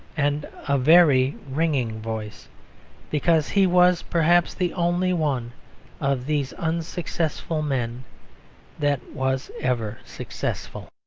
and a very ringing voice because he was perhaps the only one of these unsuccessful men that was ever successful.